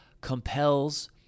compels